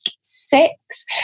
six